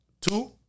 two